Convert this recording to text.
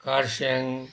Kurseong